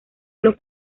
los